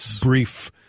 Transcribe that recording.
brief